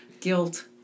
guilt